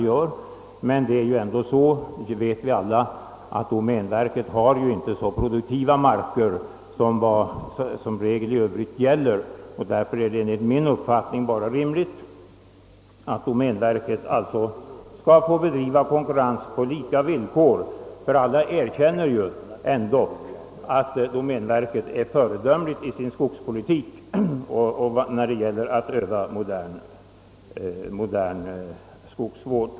Vi vet emellertid alla att domänverket inte har så produktiva marker som övriga skogsägare i regel har. Därför är det enligt min uppfattning rimligt att domänveket får bedriva konkurrens på lika villkor. Alla erkänner dock att domänverket bedriver en föredömlig skogspolitik och tillämpar modern skogsvård.